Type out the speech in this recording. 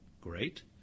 great